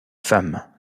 femmes